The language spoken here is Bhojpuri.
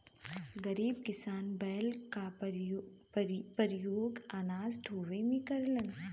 गरीब किसान बैल क परियोग अनाज ढोवे में करलन